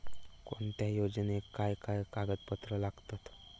कोणत्याही योजनेक काय काय कागदपत्र लागतत?